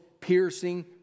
piercing